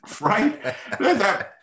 Right